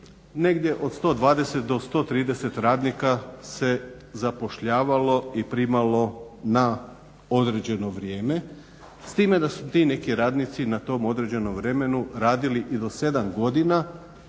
negdje od 120 do 130 radnika se zapošljavalo i primalo na određeno vrijeme, s time da su ti neki radnici na tom određenom vremenu radili i do 7 godina